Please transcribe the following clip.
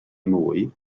mwy